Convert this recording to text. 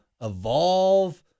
Evolve